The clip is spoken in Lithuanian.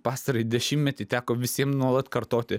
pastarąjį dešimmetį teko visiems nuolat kartoti